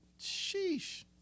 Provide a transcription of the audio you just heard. Sheesh